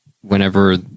whenever